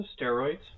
steroids